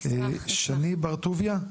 שני בר טוביה?